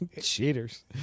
Cheaters